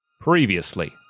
Previously